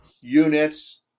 units